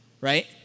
right